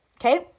okay